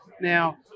Now